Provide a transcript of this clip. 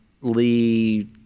Lee